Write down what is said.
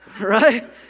Right